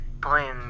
playing